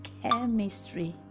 chemistry